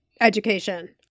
education